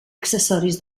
accessoris